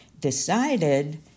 decided